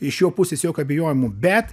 iš jo pusės jokių abejojimų bet